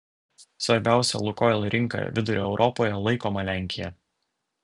svarbiausia lukoil rinka vidurio europoje laikoma lenkija